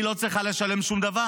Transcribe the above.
שהיא לא צריכה לשלם שום דבר.